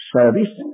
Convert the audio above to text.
service